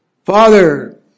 Father